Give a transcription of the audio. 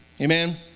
Amen